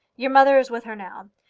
your mother is with her now.